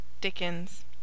Dickens